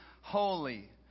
holy